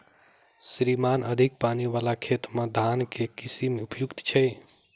श्रीमान अधिक पानि वला खेत मे केँ धान केँ किसिम उपयुक्त छैय?